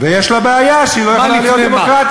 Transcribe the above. ויש לה בעיה שהיא לא יכולה להיות דמוקרטית,